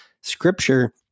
scripture